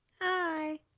hi